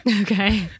Okay